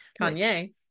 Kanye